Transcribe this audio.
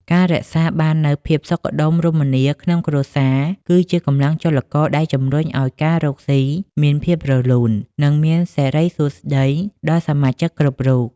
ការរក្សាបាននូវភាពសុខដុមរមនាក្នុងគ្រួសារ គឺជាកម្លាំងចលករដែលជំរុញឱ្យការរកស៊ីមានភាពរលូន និងមានសិរីសួស្តីដល់សមាជិកគ្រប់រូប។